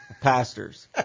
pastors